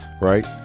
right